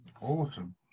Awesome